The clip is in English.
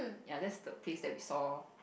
ya that's the place that we saw